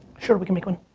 sure we can make one.